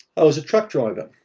i was a truck driver,